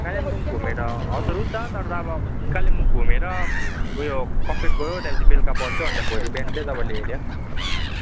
कालिम्पोङ घुमेर हजुर हुन्छ तर अब कालिम्पोङ घुमेर उयो कफेर गयो त्यसपिछे बेलुका बस्यो अन्त भोलि ब्यान चाहिँ तपाईँले हेऱ्यो